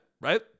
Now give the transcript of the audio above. Right